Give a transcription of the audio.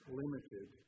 limited